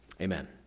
Amen